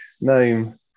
name